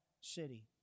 city